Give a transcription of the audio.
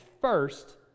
first